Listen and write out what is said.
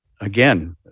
again